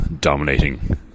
dominating